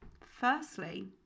firstly